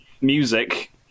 music